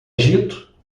egito